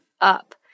up